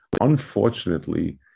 unfortunately